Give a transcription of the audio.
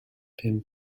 pum